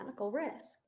risk